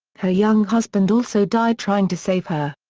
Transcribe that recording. her young husband also died trying to save her.